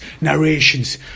narrations